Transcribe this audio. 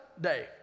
day